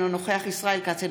אינו נוכח ישראל כץ,